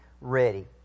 ready